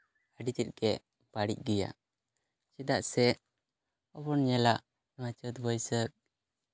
ᱟᱹᱰᱤ ᱛᱮᱫ ᱜᱮ ᱵᱟᱹᱲᱤᱡ ᱜᱮᱭᱟ ᱪᱮᱫᱟᱜ ᱥᱮ ᱟᱵᱚ ᱵᱚᱱ ᱧᱮᱞᱟ ᱱᱚᱣᱟ ᱪᱟᱹᱛ ᱵᱟᱹᱭᱥᱟᱹᱠ